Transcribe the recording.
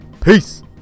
Peace